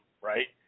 right